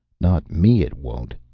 not me, it won't,